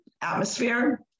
atmosphere